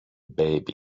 baby